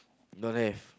don't have